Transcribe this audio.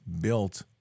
built